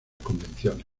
convenciones